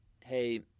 Hey